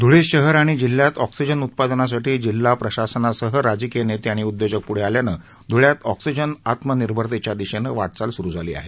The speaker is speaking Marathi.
ध्वळे शहर आणि जिल्ह्यात ऑक्सिजन उत्पादनासाठी जिल्हा प्रशासनासह राजकीय नेते आणि उद्योजक पुढे आल्यानं ध्वळ्यात ऑक्सिजन आत्मनिर्भरतेच्या दिशेने वाटचाल सुरु झाली आहे